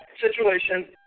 situation